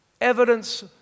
Evidence